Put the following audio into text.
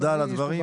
תודה על הדברים.